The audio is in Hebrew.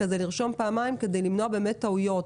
כדי למנוע טעויות.